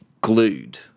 glued